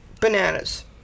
bananas